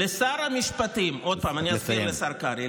לשר המשפטים, עוד פעם, אני אסביר לשר קרעי.